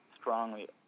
strongly